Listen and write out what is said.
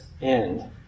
end